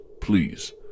please